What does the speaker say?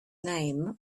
name